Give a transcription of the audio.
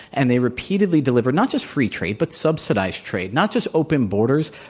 and they repeatedly delivered not just free trade, but subsidized trade. not just open borders,